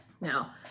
Now